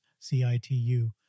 CITU